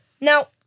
Now